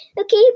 Okay